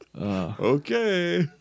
Okay